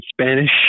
Spanish